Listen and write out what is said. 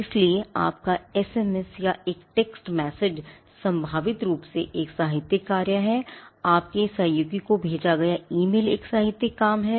इसलिए आपका एसएमएस एक साहित्यिक काम है